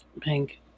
pink